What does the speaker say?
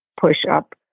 push-up